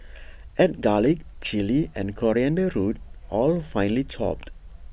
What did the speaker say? add garlic Chilli and coriander root all finely chopped